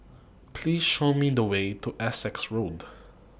Please Show Me The Way to Essex Road